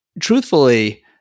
truthfully